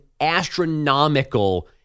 astronomical